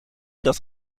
dat